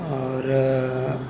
आओर